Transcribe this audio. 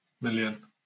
million